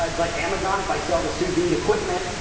um like, amazon if i sell the sous vide equipment,